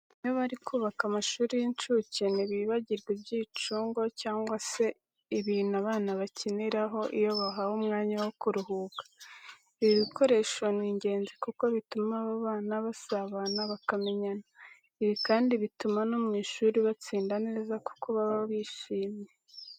Iyo bari kubaka amashuri y'incuke ntibibagirwa ibyicundo cyangwa se ibintu abana bakiniraho iyo bahawe umwanya wo kuruhuka. Ibi bikoresho ni ingenzi kuko bituma aba bana basabana bakamenyana. Ibi kandi bituma no mu ishuri batsinda neza kuko baba bishyimye.